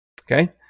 Okay